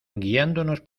guiándonos